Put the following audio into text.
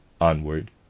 onward